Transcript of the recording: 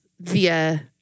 via